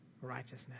righteousness